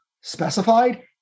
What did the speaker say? specified